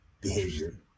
behavior